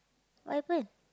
what happen